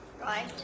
right